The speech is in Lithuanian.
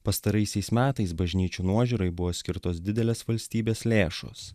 pastaraisiais metais bažnyčių nuožiūrai buvo skirtos didelės valstybės lėšos